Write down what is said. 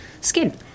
skin